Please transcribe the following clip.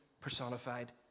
personified